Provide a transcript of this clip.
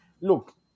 Look